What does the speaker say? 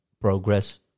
progress